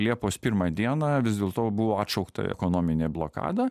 liepos pirmą dieną vis dėlto buvo atšaukta ekonominė blokada